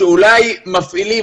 אולי גם את הסמכות במידה מסוימת,